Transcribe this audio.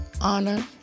honor